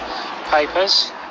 papers